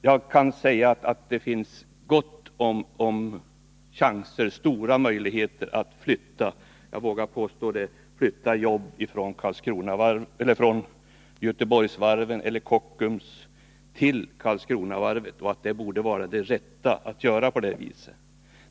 Jag vill säga att det finns stora möjligheter att flytta jobb från Göteborgsvarven eller Kockums till Karlskronavarvet. Och det borde vara riktigt att göra på det sättet.